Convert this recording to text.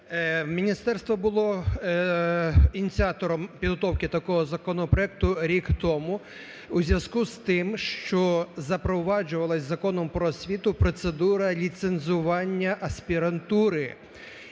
міністерство було ініціатором підготовки такого законопроекту рік тому у зв'язку з тим, що запроваджувалася Законом "Про освіту" процедура ліцензування аспірантури.